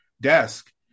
desk